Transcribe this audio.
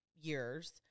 years